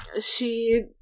she-